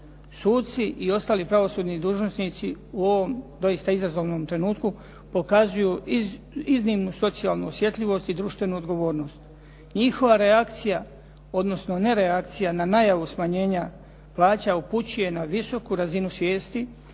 Suci i ostali pravosudni dužnosnici u ovom doista izazovnom trenutku pokazuju iznimnu socijalnu osjetljivost i društvenu odgovornost. Njihova reakcija, odnosno ne reakcija na najavu smanjenja plaća upućuje na visoku razinu svijesti